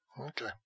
Okay